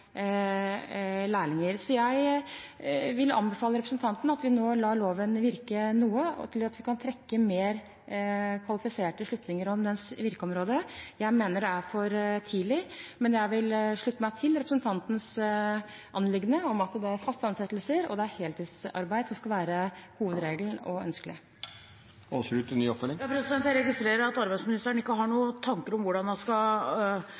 Jeg vil anbefale representanten at vi nå lar loven virke litt, til vi kan trekke mer kvalifiserte slutninger om dens virkeområde – jeg mener det er for tidlig. Men jeg vil slutte meg til representantens anliggende om at det er faste ansettelser og heltidsarbeid som skal være hovedregelen, og det som er ønskelig. Jeg registrerer at arbeidsministeren ikke har noen tanker om hvordan man skal